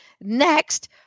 Next